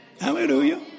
Hallelujah